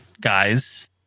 guys